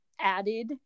added